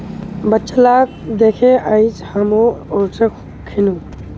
बच्चा लाक दखे आइज हामो ओट्स खैनु